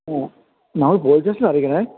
മ്മ് നമ്മൾ പോലീസ് സ്റ്റേഷൻല് അറിയിക്കണേ